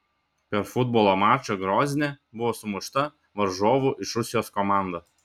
per futbolo mačą grozne buvo sumušta varžovų iš rusijos komanda